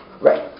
Right